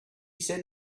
said